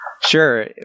sure